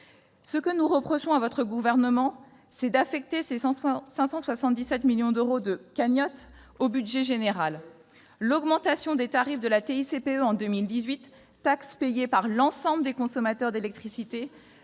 Ce que nous reprochons à votre gouvernement, c'est d'affecter ces 577 millions d'euros de « cagnotte » au budget général. Eh oui ! L'augmentation, en 2018, des tarifs de la TICPE, taxe payée par l'ensemble des consommateurs d'électricité,